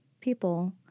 people